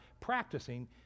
practicing